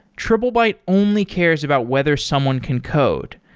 triplebyte only cares about whether someone can code.